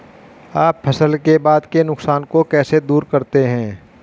आप फसल के बाद के नुकसान को कैसे दूर करते हैं?